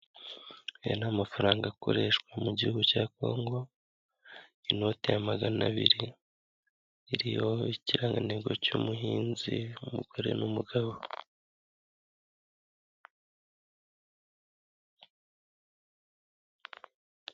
Aya ni amafaranga akoreshwa mu gihugu cya congo, inote ya magana abiri iriho ikirangantego cy'umuhinzi umugore n'umugabo.